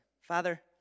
Father